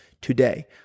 today